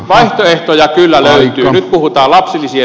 vaihtoehtoja kyllä löytyy